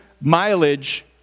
mileage